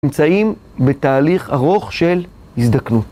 נמצאים בתהליך ארוך של הזדקנות.